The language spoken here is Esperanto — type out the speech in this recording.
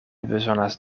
bezonas